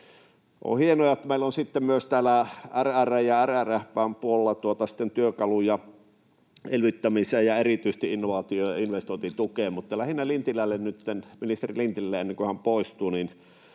On hienoa, että meillä on myös täällä RR:n ja RRF:n puolella työkaluja elvyttämiseen ja erityisesti innovaatio- ja investointitukeen. Mutta lähinnä ministeri Lintilälle, ennen kuin hän poistuu: